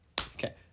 Okay